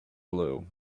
blue